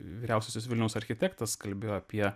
vyriausiasis vilniaus architektas kalbėjo apie